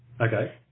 Okay